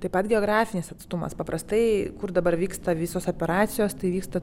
taip pat geografinis atstumas paprastai kur dabar vyksta visos operacijos tai vyksta